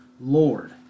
Lord